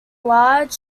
large